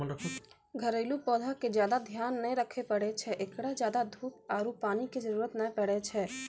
घरेलू पौधा के ज्यादा ध्यान नै रखे पड़ै छै, एकरा ज्यादा धूप आरु पानी के जरुरत नै पड़ै छै